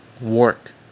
work